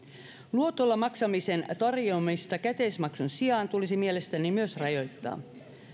luotolla maksamisen tarjoamista käteismaksun sijaan tulisi mielestäni myös rajoittaa